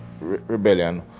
rebellion